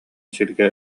сиргэ